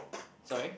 sorry